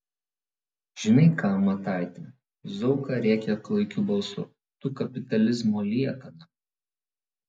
žinai ką mataiti zauka rėkia klaikiu balsu tu kapitalizmo liekana